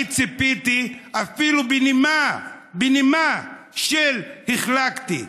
אני ציפיתי אפילו לנימה של: החלקתי.